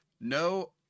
no